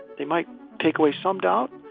they might take away some doubt,